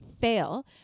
fail